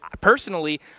personally